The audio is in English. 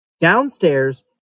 Downstairs